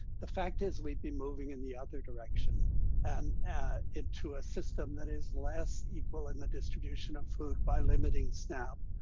the fact is we'd be moving in the other direction and into a system that is less equal in the distribution of food by limiting snap.